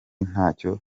ntacyo